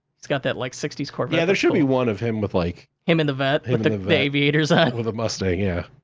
he's got that, like, sixty s corvette. yeah, there should be one of him with, like him in the vette with the aviators with a mustang, yeah.